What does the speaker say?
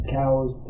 cows